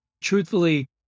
Truthfully